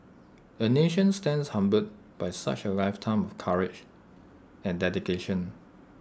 A nation stands humbled by such A lifetime of courage and dedication